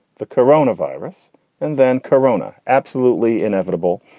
the corona virus and then corona, absolutely inevitable.